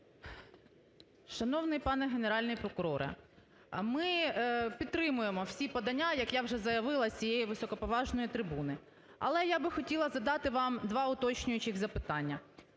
Шановний пане Генеральний прокуроре, ми підтримуємо всі подання як я вже заявила з цієї високоповажної трибуни, але я би хотіла задати вам два уточнюючих запитання.